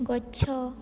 ଗଛ